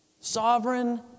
Sovereign